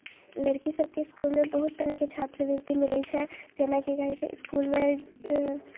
लड़कीसभके इसकुलमे बहुत तरहके छात्रवृत्ति मिलैत छै जेना की कहैत छै इसकुलमे